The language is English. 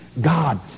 God